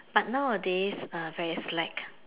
but now a days uh very slack